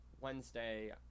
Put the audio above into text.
wednesday